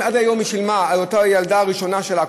אם עד היום היא שילמה על אותה ילדה ראשונה שלה,